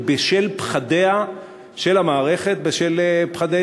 בשל פחדיה של המערכת ובשל פחדי,